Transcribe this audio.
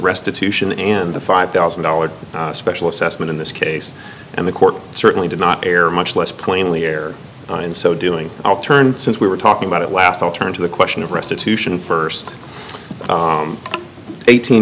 restitution and the five thousand dollars special assessment in this case and the court certainly did not air much less plainly air in so doing i'll turn since we were talking about it last i'll turn to the question of restitution st eighteen